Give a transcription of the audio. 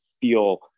feel